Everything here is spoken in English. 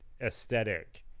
aesthetic